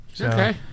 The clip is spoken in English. Okay